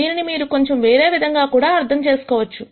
దీనిని మీరు కొంచెం వేరే విధముగా కూడా అర్థం చేసుకోవచ్చు